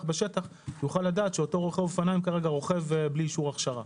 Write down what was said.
בשטח יוכל לדעת שאותו רוכב אופניים רוכב בלי אישור הכשרה.